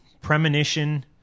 Premonition